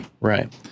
right